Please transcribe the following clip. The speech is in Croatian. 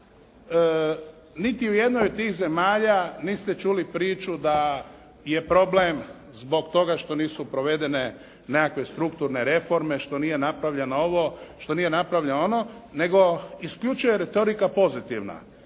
niti u jednoj od tih zemalja niste čuli priču da je problem zbog toga što nisu provedene nekakve strukturne reforme, što nije napravljeno ovo, što nije napravljeno ono, nego isključivo je retorika pozitivna.